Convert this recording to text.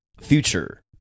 Future